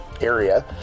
area